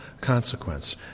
consequence